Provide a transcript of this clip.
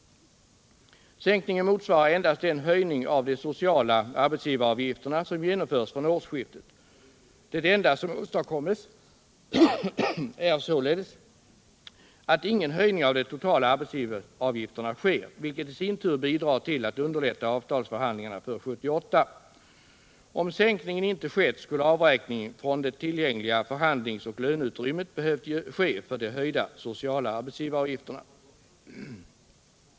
Sänkningen motsvarar endast den höjning av de sociala arbetsgivaravgifterna som genomförs från årsskiftet. Det enda som åstadkoms är således att ingen höjning av de totala arbetsgivaravgifterna sker, vilket i sin tur bidrar till att underlätta avtalsförhandlingarna för 1978. Om sänkningen inte skett, skulle avräkning från det tillgängliga förhandlingsoch löneutrymmet ha behövt ske för de höjda sociala arbetsgivaravgifterna.